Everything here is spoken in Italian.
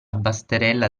basterella